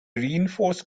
reinforced